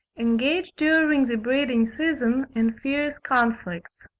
engage during the breeding-season in fierce conflicts.